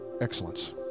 excellence